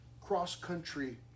cross-country